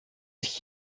sich